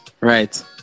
Right